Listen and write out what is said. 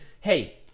hey